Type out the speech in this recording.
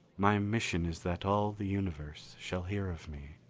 my mission is that all the universe shall hear of me.